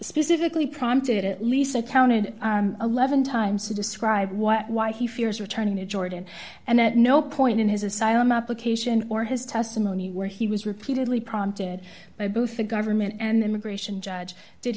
specifically prompted at least i counted eleven times to disk what why he fears returning to jordan and at no point in his asylum application or his testimony where he was repeatedly prompted by both the government and immigration judge did